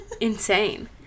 insane